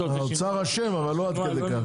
האוצר אשם אבל לא עד כדי כך.